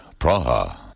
Praha